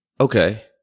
Okay